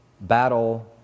battle